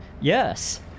Yes